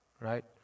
Right